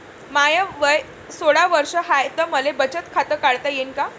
माय वय सोळा वर्ष हाय त मले बचत खात काढता येईन का?